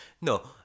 No